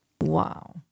Wow